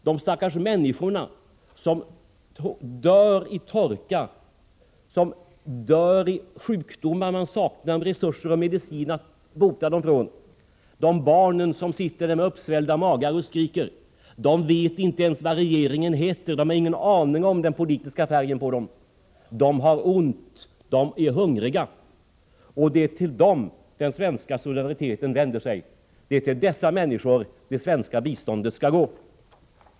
De stackars människorna, som dör i torkan, som dör i sjukdomar därför att man saknar resurser och medicin att bota dem, barnen som sitter med uppsvällda magar och skriker, vet inte ens vad regeringen heter. De har ingen aning om dess politiska färg. De har ont och de är hungriga. Och det är till dem den svenska solidariteten vänder sig. Det är till dessa människor det svenska biståndet skall gå.